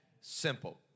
simple